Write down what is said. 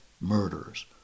murders